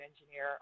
engineer